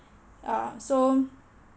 uh so